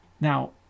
now